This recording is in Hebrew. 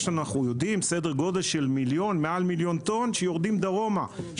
סדר גודל של מעל מיליון טון שיורדים דרומה,